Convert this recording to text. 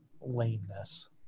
lameness